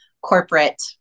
corporate